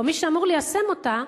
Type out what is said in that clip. או מי שאמור ליישם את המלצותיה,